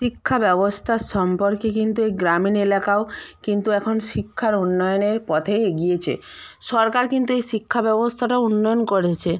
শিক্ষা ব্যবস্থার সম্পর্কে কিন্তু এই গ্রামীণ এলাকাও কিন্তু এখন শিক্ষার উন্নয়নের পথে এগিয়েছে সরকার কিন্তু এই শিক্ষা ব্যবস্থাটার উন্নয়ন করেছে